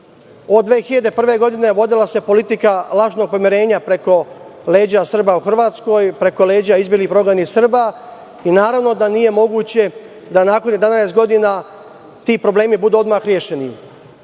Od 2001. godine vodila se politika lažnog pomirenja preko leđa Srba u Hrvatskoj, preko leđa izbeglih i prognanih Srba i naravno da nije moguće da nakon 11 godina ti problemi budu odmah rešeni. Mi